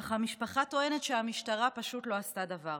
אך המשפחה טוענת שהמשטרה פשוט לא עשתה דבר.